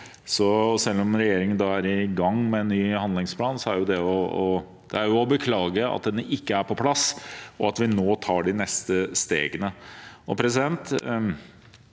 Selv om regjeringen er i gang med en ny handlingsplan, er det å beklage at den ikke er på plass. Nå tar vi de neste stegene.